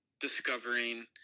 discovering